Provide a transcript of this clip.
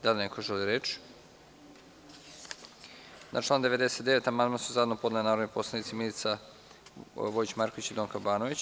Da li neko želi reč? (Ne.) Na član 99. amandman su zajedno podnele narodni poslanici Milica Vojić Marković i Donka Banović.